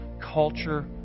culture